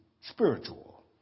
spiritual